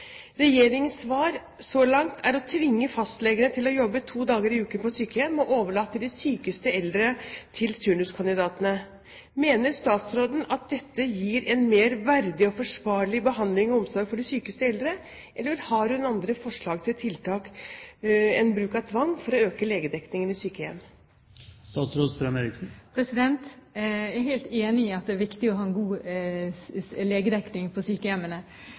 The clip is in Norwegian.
Regjeringens svar så langt er å tvinge fastlegene til å jobbe to dager i uken på sykehjem og overlate de sykeste eldre til turnuskandidatene. Mener statsråden at dette gir en mer verdig og forsvarlig behandling og omsorg for de sykeste eldre, eller har hun andre forslag til tiltak enn bruk av tvang for å øke legedekningen i sykehjem? Jeg er helt enig i at det er viktig å ha en god legedekning på sykehjemmene.